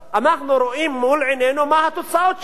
אנחנו רואים מול עינינו מה התוצאות שלה.